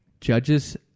judges